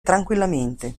tranquillamente